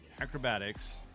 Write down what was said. Acrobatics